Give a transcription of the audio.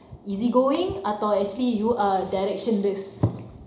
easy-going atau actually you are directionless